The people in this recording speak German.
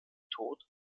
tod